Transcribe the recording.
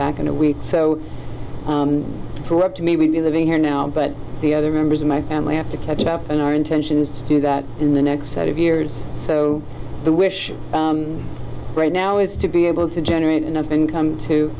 back in a week so go up to maybe be living here now but the other members of my family have to catch up on our intention is to do that in the next set of years so the wish right now is to be able to generate enough income to